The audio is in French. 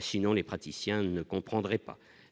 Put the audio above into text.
sinon les praticiens ne comprendraient pas,